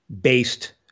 based